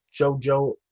JoJo